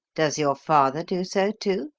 does your father do so, too?